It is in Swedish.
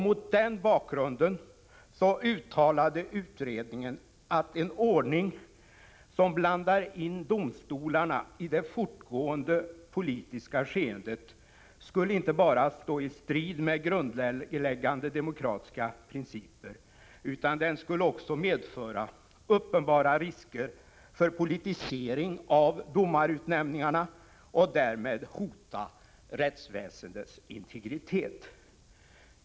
Mot den bakgrunden uttalade utredningen att den ordning som blandar in domstolarna i det fortgående politiska skeendet skulle inte bara stå i strid med grundläggande demokratiska principer, utan den skulle också medföra uppenbara risker för politisering av domarutnämningar och därmed hota rättsväsendets integritet.